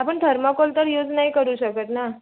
आपण थर्माकोल तर यूज नाही करू शकत ना